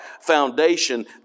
foundation